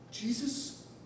Jesus